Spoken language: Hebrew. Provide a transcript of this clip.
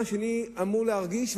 מה השני אמור להרגיש,